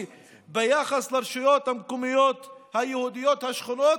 ביחס לרשויות המקומיות היהודיות השכנות,